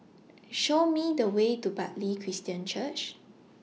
Show Me The Way to Bartley Christian Church